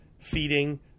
feeding